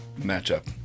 matchup